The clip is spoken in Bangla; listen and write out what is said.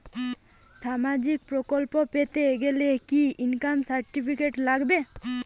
সামাজীক প্রকল্প পেতে গেলে কি ইনকাম সার্টিফিকেট লাগবে?